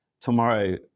tomorrow